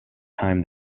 time